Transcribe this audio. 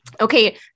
Okay